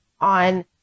on